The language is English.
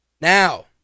Now